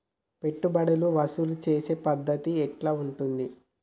పెట్టుబడులు వసూలు చేసే పద్ధతి ఎట్లా ఉంటది?